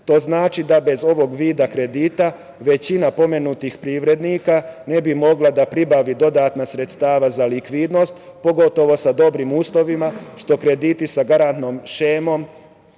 To znači da bez ovog vida kredita većina pomenutih privrednika ne bi mogla da pribavi dodatna sredstva za likvidnost, pogotovo sa dobrim uslovima, što krediti sa garantnom šemom